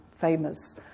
famous